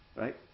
right